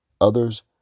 others